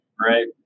right